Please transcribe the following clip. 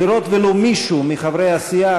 לראות ולו מישהו מחברי הסיעה